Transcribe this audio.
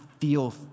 feel